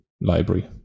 library